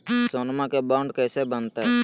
सोनमा के बॉन्ड कैसे बनते?